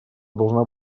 должна